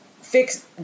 fix